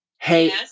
Hey